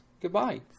goodbye